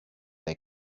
they